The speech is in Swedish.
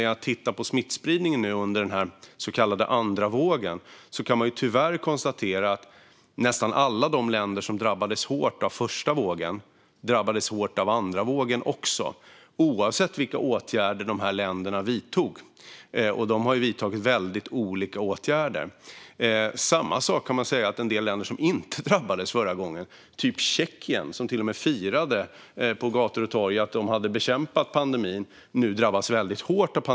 När jag tittar på smittspridningen nu under den så kallade andra vågen kan jag tyvärr konstatera att nästan alla de länder som drabbades hårt av den första vågen har drabbats hårt också av den andra vågen, oavsett vilka åtgärder som vidtogs. Länderna har dessutom vidtagit väldigt olika åtgärder. Man kan också se att en del länder som inte drabbades förra gången - typ Tjeckien, som till och med firade på gator och torg att de hade bekämpat pandemin - nu drabbas hårt.